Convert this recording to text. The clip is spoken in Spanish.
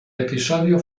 episodio